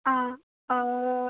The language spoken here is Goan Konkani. आ